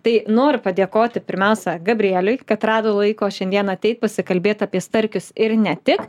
tai noriu padėkoti pirmiausia gabrieliui kad rado laiko šiandien ateit pasikalbėt apie starkius ir ne tik